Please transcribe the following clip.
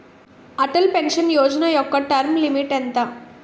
Atal pension Yojana యెక్క term limit ఎంత?